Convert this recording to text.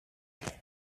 monde